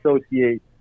associate